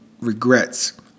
regrets